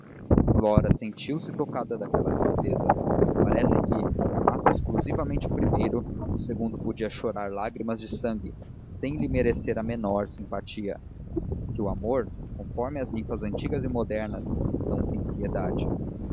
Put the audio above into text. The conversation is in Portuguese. triste flora sentiu-se tocada daquela tristeza parece que se amasse exclusivamente o primeiro o segundo podia chorar lágrimas de sangue sem lhe merecer a menor simpatia que o amor conforme as ninfas antigas e modernas não tem piedade